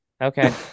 Okay